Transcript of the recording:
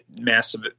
massive